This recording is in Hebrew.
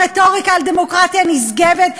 רטוריקה על דמוקרטיה נשגבת,